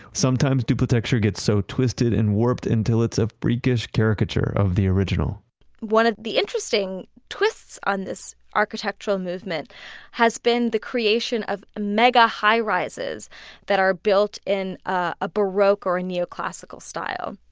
sometimes, duplitecture gets so twisted and warped until it's a freakish caricature of the original one of the interesting twists on this architectural movement has been the creation of mega high rises that are built in a baroque or neoclassical style.